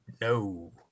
no